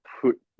put